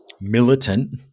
militant